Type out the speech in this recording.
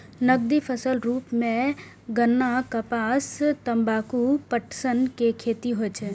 नकदी फसलक रूप मे गन्ना, कपास, तंबाकू, पटसन के खेती होइ छै